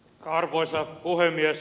arvoisa puhemies